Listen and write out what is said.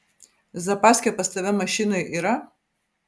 zapaskė pas tave mašinoj yra